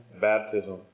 baptism